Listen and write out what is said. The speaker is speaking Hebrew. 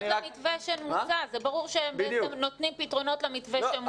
זה ברור שהם בעצם נותנים פתרונות למתווה שמוצג.